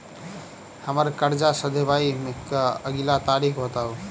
हम्मर कर्जा सधाबई केँ अगिला तारीख बताऊ?